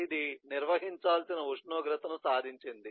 ఇది నిర్వహించాల్సిన ఉష్ణోగ్రతను సాధించింది